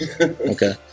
okay